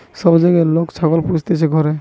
সব জাগায় লোক ছাগল পুস্তিছে ঘর